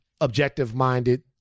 objective-minded